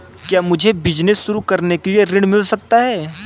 क्या मुझे बिजनेस शुरू करने के लिए ऋण मिल सकता है?